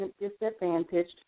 disadvantaged